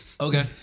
Okay